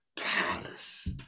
palace